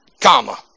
comma